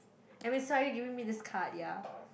let me saw you gave me this card ya